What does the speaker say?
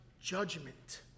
judgment